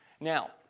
now